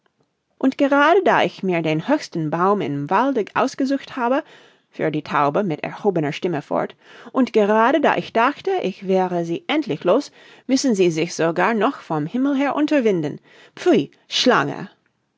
und gerade da ich mir den höchsten baum im walde ausgesucht habe fuhr die taube mit erhobener stimme fort und gerade da ich dachte ich wäre sie endlich los müssen sie sich sogar noch vom himmel herunterwinden pfui schlange